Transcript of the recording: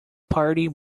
party